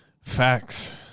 Facts